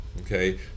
okay